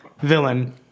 villain